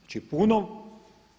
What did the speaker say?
Znači, puno